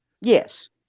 Yes